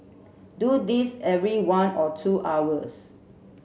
do this every one or two hours